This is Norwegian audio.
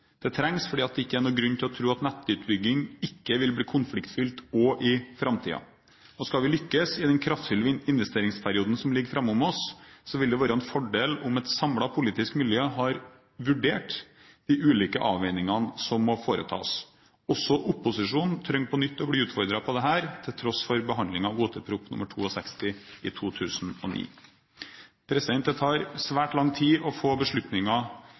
Det trengs fordi det ikke er noen grunn til å tro at nettutbygging ikke vil bli konfliktfylt også i framtiden. Skal vi lykkes i den kraftfulle investeringsperioden som ligger foran oss, vil det være en fordel om et samlet politisk miljø har vurdert de ulike avveiningene som må foretas. Også opposisjonen trenger på nytt å bli utfordret på dette, til tross for behandlingen av Ot.prp. nr. 62 for 2008–2009, i 2009. Det tar svært lang tid å få beslutninger